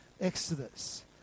Exodus